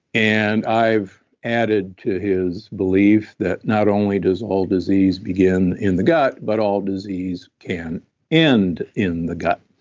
and i've added to his belief that not only does all disease begin in the gut, but all disease can end in the gut.